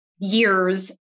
years